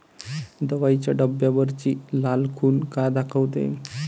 दवाईच्या डब्यावरची लाल खून का दाखवते?